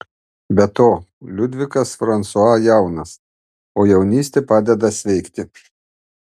be to liudvikas fransua jaunas o jaunystė padeda sveikti